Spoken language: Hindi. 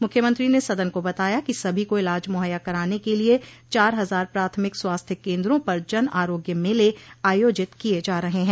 मुख्यमंत्री ने सदन को बताया कि सभी को इलाज मुहैया कराने के लिये चार हजार प्राथमिक स्वास्थ्य केन्द्रों पर जन आरोग्य मेले आयोजित किये जा रहे हैं